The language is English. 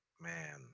Man